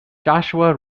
joshua